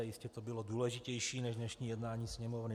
Jistě to bylo důležitější než dnešní jednání Sněmovny.